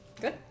Good